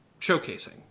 showcasing